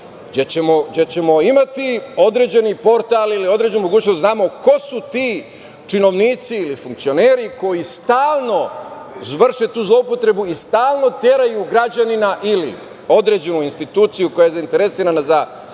gde ćemo imati određeni portal ili određenu mogućnost da damo ko su ti činovnici ili funkcioneri koji stalno vrše tu zloupotrebu i stalno teraju građanina ili određenu instituciju koja je zainteresovana za